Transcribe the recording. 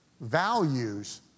values